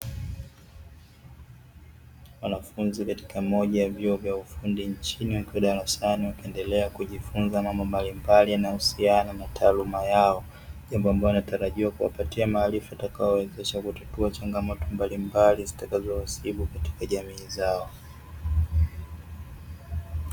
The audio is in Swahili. Wanafunzi katika moja ya vyuo vya ufundi nchini wakiwa darasani wakiendelea kujifunza mambo mbalimbali yanayohusiana na taaluma yao; jambo ambalo linatarajiwa kuwapatia maarifa, yatakayowawezesha kutatua changamoto mbalimbali zitakazowasibu katika jamii zao.